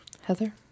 Heather